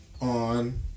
on